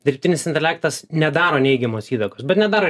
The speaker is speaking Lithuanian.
dirbtinis intelektas nedaro neigiamos įtakos bet nedaro